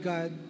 God